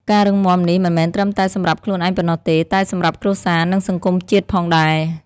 ការរឹងមាំនេះ មិនមែនត្រឹមតែសម្រាប់ខ្លួនឯងប៉ុណ្ណោះទេ តែសម្រាប់គ្រួសារ និងសង្គមជាតិផងដែរ។